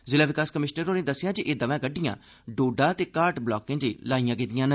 जिला विकास कमिशनर होरें दस्सेआ जे एह् दवै गडि्डयां डोडा ते घाट ब्लाकें लेई लाईयां गेदिआं न